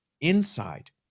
inside